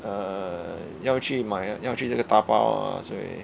uh 要去买要去这个打包 uh 所以